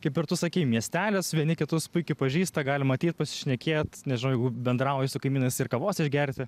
kaip ir tu sakei miestelis vieni kitus puikiai pažįsta galima ateit pasišnekėt nežinau jeigu bendrauji su kaimynais ir kavos išgerti